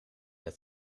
het